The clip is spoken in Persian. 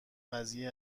قضیه